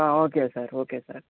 okay sir okay sir